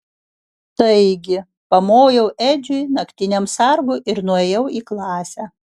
taigi pamojau edžiui naktiniam sargui ir nuėjau į klasę